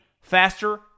faster